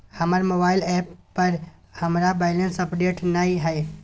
हमर mobile app पर हमरा बैलेंस अपडेट नय हय